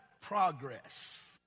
progress